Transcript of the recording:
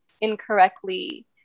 incorrectly